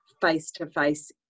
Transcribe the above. face-to-face